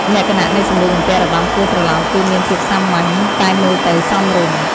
លក្ខណៈនៃសម្លៀកបំពាក់របាំគោះត្រឡោក គឺមានភាពសាមញ្ញ តែមើលទៅសមរម្យ ។